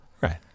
Right